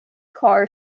car